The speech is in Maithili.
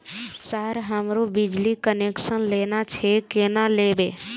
सर हमरो बिजली कनेक्सन लेना छे केना लेबे?